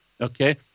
okay